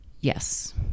yes